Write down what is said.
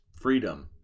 Freedom